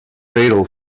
fatal